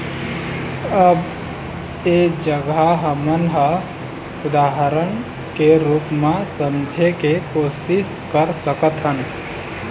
अब ऐ जघा हमन ह उदाहरन के रुप म समझे के कोशिस कर सकत हन